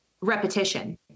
repetition